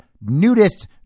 nudist